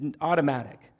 automatic